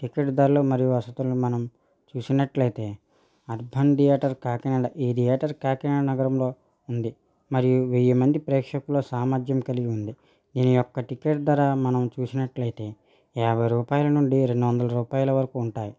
ticket ధరలు మరియు వసతులు మనం చూసినట్లయితే అర్ధాన్ థియేటర్ కాకినాడ ఈ థియేటర్ కాకినాడ నగరంలో ఉంది మరియు వెయ్యి మంది ప్రేక్షకుల సామర్థ్యం కలిగి ఉంది దీని యొక్క టికెట్ ధర మనం చూసినట్టు అయితే యాభై రూపాయల నుండి రెండు వందల రూపాయల వరకు ఉంటాయి